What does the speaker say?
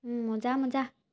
মজা মজা